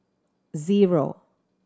zero